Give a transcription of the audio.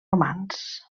romans